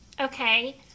Okay